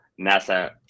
NASA